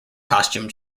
costume